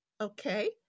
okay